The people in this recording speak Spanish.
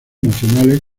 nacionales